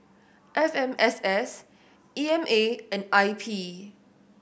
F M S S E M A and I P